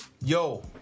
Yo